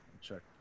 check